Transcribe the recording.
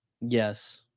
Yes